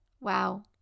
Wow